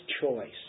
choice